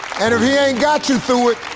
and if he ain't got you through it,